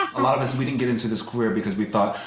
a lot of us we didn't get into this career because we thought,